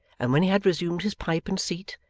and when he had resumed his pipe and seat,